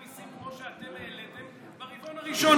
מיסים כמו שאתם העליתם ברבעון הראשון.